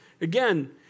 Again